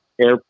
air